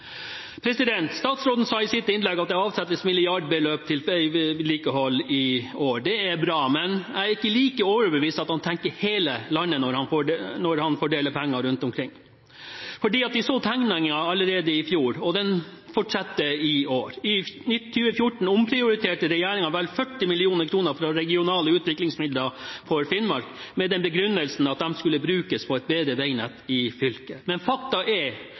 Statsråden sa i sitt innlegg at det avsettes milliardbeløp til veivedlikehold i år. Det er bra, men jeg er ikke like overbevist om at han tenker hele landet når han fordeler penger rundt omkring. Vi så tegninga allerede i fjor, og det fortsetter i år. I 2014 omprioriterte regjeringen vel 40 mill. kr fra regionale utviklingsmidler for Finnmark, med den begrunnelsen at de skulle brukes på et bedre veinett i fylket. Men faktum er at Finnmark satt igjen med halvparten av de 40 millionene til veiformål. Hvor de resterende pengene er